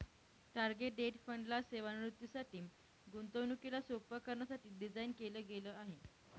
target date fund ला सेवानिवृत्तीसाठी, गुंतवणुकीला सोप्प करण्यासाठी डिझाईन केल गेल आहे